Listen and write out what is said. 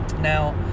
Now